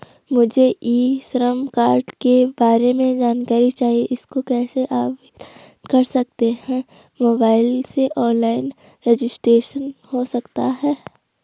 मुझे e Shram card के बारे में जानकारी चाहिए इसको कैसे आवेदन कर सकते हैं मोबाइल से ऑनलाइन रजिस्ट्रेशन हो सकता है?